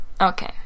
Okay